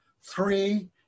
three